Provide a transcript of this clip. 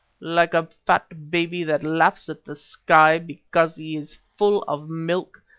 like a fat baby that laughs at the sky because he is full of milk,